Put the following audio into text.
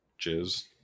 Jizz